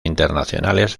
internacionales